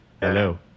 Hello